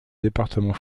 département